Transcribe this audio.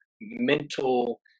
mental